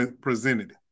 presented